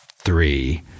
Three